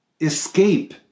Escape